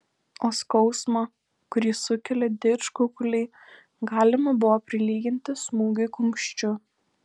o skausmą kurį sukelia didžkukuliai galima buvo prilyginti smūgiui kumščiu